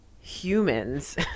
humans